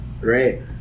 right